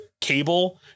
Cable